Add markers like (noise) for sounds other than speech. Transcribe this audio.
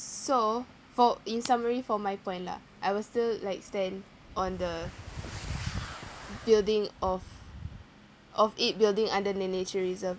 so for in summary for my point lah I will still like stand on the (noise) building of of it building under the nature reserve